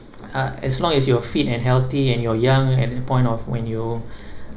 uh as long as you're fit and healthy and you're young at the point of when you